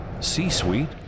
c-suite